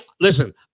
Listen